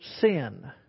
sin